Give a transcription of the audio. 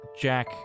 Jack